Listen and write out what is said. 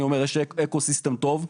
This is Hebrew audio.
אני אומר שיש לנו Eco System טוב,